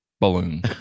balloon